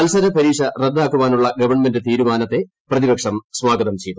മത്സര പരീക്ഷ റദ്ദാക്കാനുളള ഗവൺമെന്റ് തീരുമാനത്തെ പ്രതിപക്ഷം സ്വാഗതം ചെയ്തു